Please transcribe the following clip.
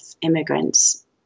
immigrants